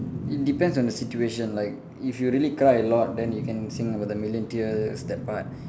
it depends on the situation like if you really cry a lot then you can sing about the million tears that part